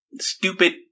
stupid